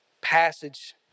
passage